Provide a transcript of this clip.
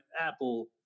Apple